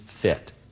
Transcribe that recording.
fit